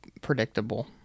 predictable